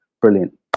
brilliant